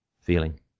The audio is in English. feeling